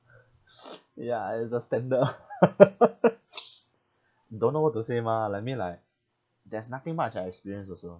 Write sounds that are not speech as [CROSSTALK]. [NOISE] ya I the standard [one] [LAUGHS] [NOISE] don't know what to say mah like I mean like there's nothing much I experienced also